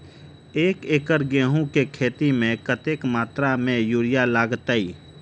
एक एकड़ गेंहूँ केँ खेती मे कतेक मात्रा मे यूरिया लागतै?